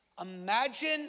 Imagine